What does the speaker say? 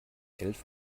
elf